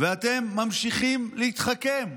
ואתם ממשיכים להתחכם.